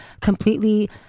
completely